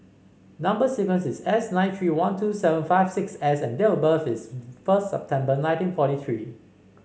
number sequence is S nine three one two seven five six S and date of birth is first September nineteen forty three